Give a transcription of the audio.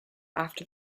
after